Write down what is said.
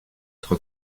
être